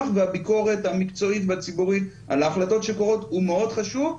והביקורת המקצועית והציבורית על ההחלטות שקורות הוא מאוד חשוב,